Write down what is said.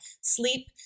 sleep